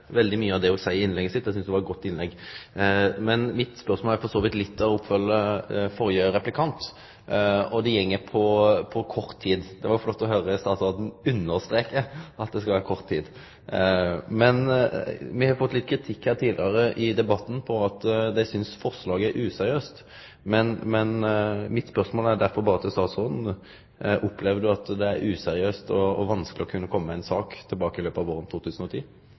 veldig mykje av det ho seier i innlegget sitt. Eg syntest det var eit godt innlegg. Mitt spørsmål følgjer opp litt av det den førre replikanten sa. Det gjeld kort tid. Det var flott å høyre at statsråden understreka at det skal vere kort tid. Me har tidlegare i debatten fått litt kritikk, og ein synest at forslaget er useriøst. Mitt spørsmål er derfor til statsråden: Opplever ho at det er useriøst og vanskeleg å kunne komme tilbake med ei sak i løpet av våren 2010?